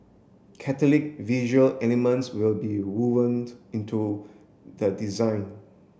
Catholic visual elements will be wovened into the design